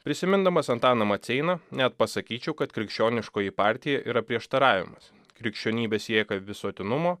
prisimindamas antaną maceiną net pasakyčiau kad krikščioniškoji partija yra prieštaravimas krikščionybė sieka visuotinumo